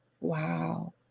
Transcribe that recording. Wow